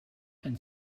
and